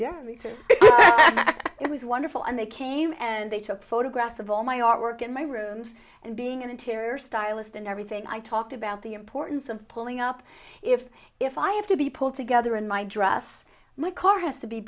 research it was wonderful and they came and they took photographs of all my artwork in my room and being an interior stylist and everything i talked about the importance of pulling up if if i have to be pulled together in my dress my car has to be